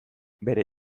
bere